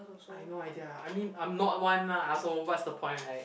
I no idea lah I mean I'm not one lah I also what's the point right